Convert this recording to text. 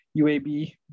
UAB